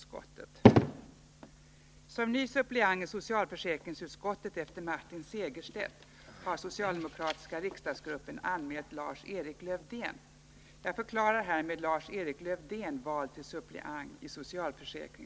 Som ny suppleant i socialförsäkringsutskottet efter Martin Segerstedt har socialdemokratiska riksdagsgruppen anmält Lars-Erik Lövdén.